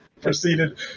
proceeded